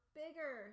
bigger